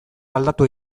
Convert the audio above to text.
aldatu